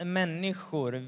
människor